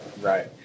Right